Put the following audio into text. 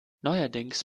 neuerdings